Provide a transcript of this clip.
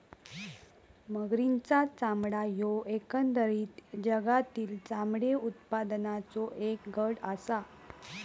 मगरींचा चामडा ह्यो एकंदरीत जगातील चामडे उत्पादनाचों एक गट आसा